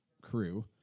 crew